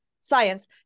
science